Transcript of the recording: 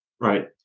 Right